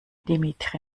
dimitri